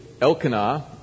Elkanah